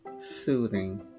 soothing